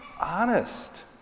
honest